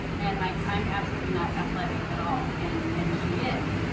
and like i'm absolutely not athletic at all. and and she is.